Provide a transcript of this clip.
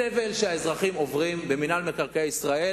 הסבל שהאזרחים עוברים במינהל מקרקעי ישראל